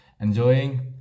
enjoying